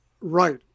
right